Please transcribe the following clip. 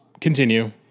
continue